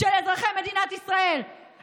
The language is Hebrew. של אזרחי מדינת ישראל,